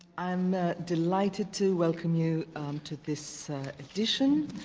i am delighted to welcome you to this edition,